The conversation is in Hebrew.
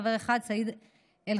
חבר אחד: סעיד אלחרומי.